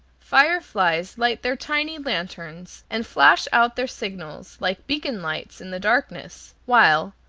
fireflies light their tiny lanterns and flash out their signals, like beacon lights in the darkness, while,